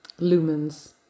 Lumens